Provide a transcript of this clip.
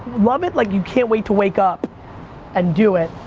love it like you can't wait to wake up and do it.